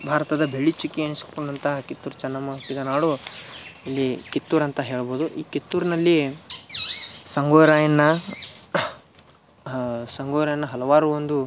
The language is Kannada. ಭಾರತದ ಬೆಳ್ಳಿ ಚುಕ್ಕಿ ಎನಿಸಿಕೊಂಡಂತಹ ಕಿತ್ತೂರು ಚೆನ್ನಮ್ಮ ಹುಟ್ಟಿದ ನಾಡು ಇಲ್ಲಿ ಕಿತ್ತೂರು ಅಂತ ಹೇಳ್ಬೋದು ಈ ಕಿತ್ತೂರಿನಲ್ಲಿ ಸಂಗೊಳ್ಳಿ ರಾಯಣ್ಣ ಸಂಗೊಳ್ಳಿ ರಾಯಣ್ಣ ಹಲವಾರು ಒಂದು